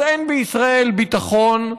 אז אין בישראל ביטחון,